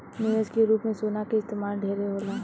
निवेश के रूप में सोना के इस्तमाल ढेरे होला